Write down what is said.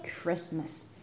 Christmas